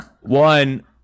One